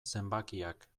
zenbakiak